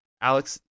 Alex